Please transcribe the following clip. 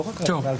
לא רק מה הרציונל.